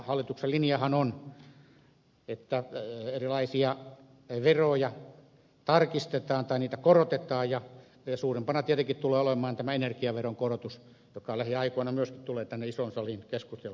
hallituksen linjahan on että erilaisia veroja tarkistetaan tai niitä korotetaan ja suurimpana tietenkin tulee olemaan tämä energiaveron korotus joka lähiaikoina myöskin tulee tänne isoon saliin keskusteltavaksi